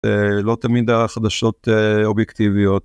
לא תמיד החדשות אובייקטיביות.